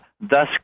thus